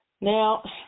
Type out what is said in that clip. Now